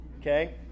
Okay